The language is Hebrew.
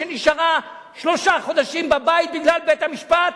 שנשארה שלושה חודשים בבית בגלל בית-המשפט,